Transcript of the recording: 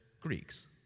Greeks